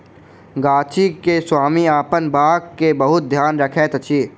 गाछी के स्वामी अपन बाग के बहुत ध्यान रखैत अछि